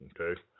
Okay